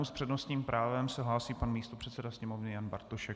S přednostním právem se hlásí pan místopředseda Sněmovny Jan Bartošek.